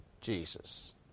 Jesus